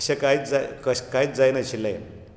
अशें कांयच कांयच जाय नाशिल्लें